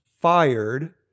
fired